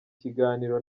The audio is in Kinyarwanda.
kiganiro